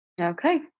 Okay